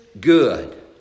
good